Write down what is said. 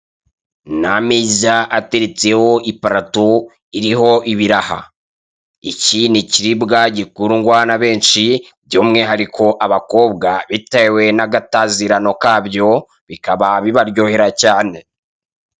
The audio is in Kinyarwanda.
Ni ameza ateretseho iparato iriho ibiraha. Iki ni ikiribwa gikundwa na benshi by'umwihariko abakobwa bitewe n'agatazirano kabyo bikaba bibaryohera cyane.